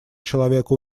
человека